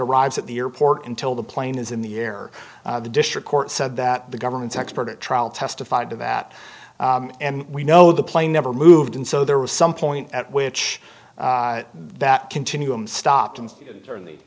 arrives at the airport until the plane is in the air the district court said that the government's expert at trial testified to that and we know the plane never moved and so there was some point at which that continuum stopped and certainly